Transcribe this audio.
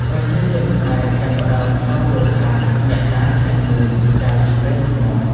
ប្រជាជនខ្មែរចាប់ផ្ដើមហៅលោកថា «អ្នកតាឃ្លាំងមឿង» ចាប់ពីពេលនោះមក។